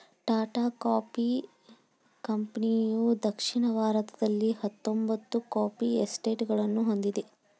Tata coffee ಕಂಪನಿಯುದಕ್ಷಿಣ ಭಾರತದಲ್ಲಿಹತ್ತೊಂಬತ್ತು coffee ಎಸ್ಟೇಟ್ಗಳನ್ನು ಹೊಂದಿದೆ